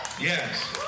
Yes